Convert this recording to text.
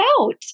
out